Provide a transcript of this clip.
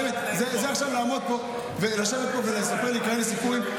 באמת, לשבת פה ולספר לי כאלה סיפורים.